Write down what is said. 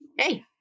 Hey